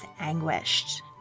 anguished